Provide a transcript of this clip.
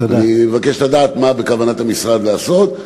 אני מבקש לדעת מה בכוונת המשרד לעשות.